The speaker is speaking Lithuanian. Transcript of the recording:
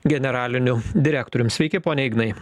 generaliniu direktorium sveiki pone ignai